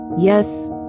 Yes